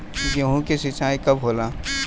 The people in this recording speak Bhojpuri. गेहूं के सिंचाई कब होला?